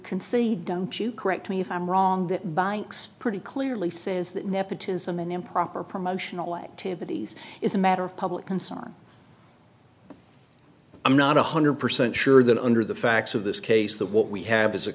concede don't you correct me if i'm wrong that by next pretty clearly says that nepotism and improper promotional activities is a matter of public concern i'm not one hundred percent sure that under the facts of this case that what we have is a